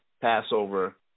Passover